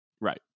right